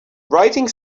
writing